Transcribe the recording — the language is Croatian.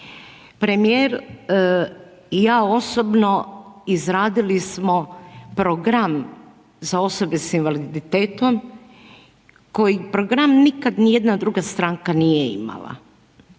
Premijer i ja osobno izradili smo program za osobe sa invaliditetom koji program nikad ni jedna druga stranka nije imala.